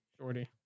Shorty